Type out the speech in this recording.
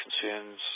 concerns